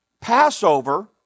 Passover